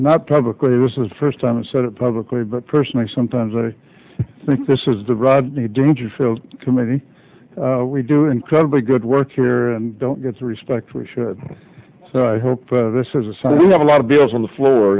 not publicly this is the first time i've said it publicly but personally sometimes i think this is the rodney dangerfield committee we do incredibly good work here and don't get the respect we should so i hope this is a sign of a lot of bills on the floor